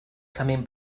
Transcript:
coming